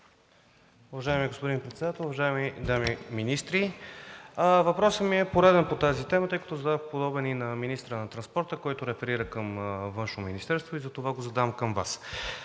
Уважаеми господин Председател, уважаеми дами министри! Въпросът ми е пореден по тази тема, тъй като зададох подобен и на министъра на транспорта, който реферира към Външно министерство, и затова го задавам към Вас.